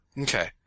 Okay